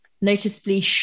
Noticeably